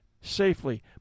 safely